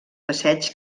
passeigs